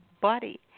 body